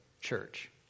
church